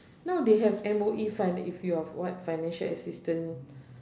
now they have M_O_E finan~ if you are what financial assistance